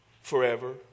forever